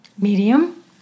Medium